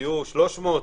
יהיו 300?